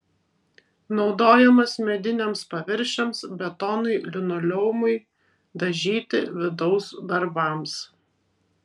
naudojamas mediniams paviršiams betonui linoleumui dažyti vidaus darbams